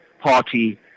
party